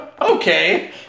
Okay